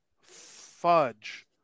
fudge